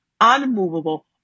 unmovable